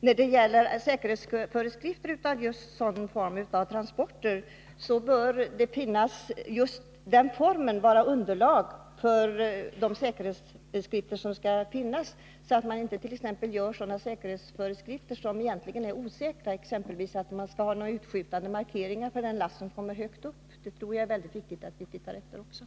När det gäller säkerhetsföreskrifter för den berörda formen av transporter är det också viktigt att se till att säkerhetsanordningarna inte i s skapar risker, t.ex. genom att särskilt hög last måste förses med utskjutande markeringar på låg höjd över vägen.